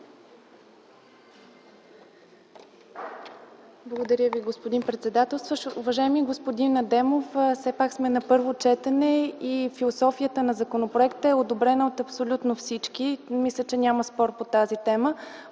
Благодаря Ви, господин председател. Уважаеми господин Адемов, все пак сме на първо четене и философията на законопроекта е одобрена от абсолютно всички. Мисля, че по тази тема